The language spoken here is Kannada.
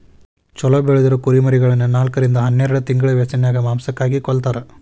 ಚೊಲೋ ಬೆಳದಿರೊ ಕುರಿಮರಿಗಳನ್ನ ನಾಲ್ಕರಿಂದ ಹನ್ನೆರಡ್ ತಿಂಗಳ ವ್ಯಸನ್ಯಾಗ ಮಾಂಸಕ್ಕಾಗಿ ಕೊಲ್ಲತಾರ